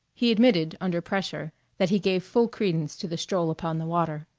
he admitted, under pressure, that he gave full credence to the stroll upon the water.